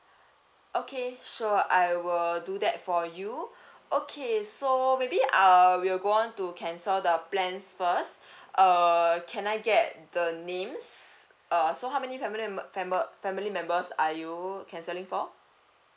okay sure I will do that for you okay so maybe err we'll go on to cancel the plans first err can I get the names err so how many family member family members are you cancelling for